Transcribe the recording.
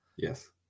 Yes